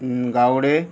Gawade